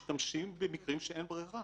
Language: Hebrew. משתמשים במקרים שאין ברירה.